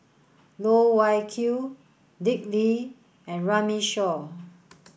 Loh Wai Kiew Dick Lee and Runme Shaw